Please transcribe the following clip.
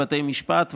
בתי משפט,